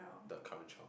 the current child